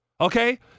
Okay